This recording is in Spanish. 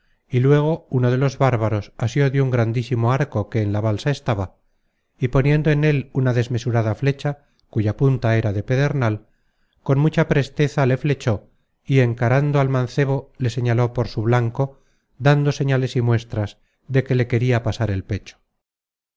y luego uno de los bárbaros asió de un grandísimo arco que en la balsa estaba y poniendo en él una desmesurada flecha cuya punta era de pedernal con mucha presteza le flechó y encarando al mancebo le señaló por su blanco dando señales y muestras de que ya le queria pasar el pecho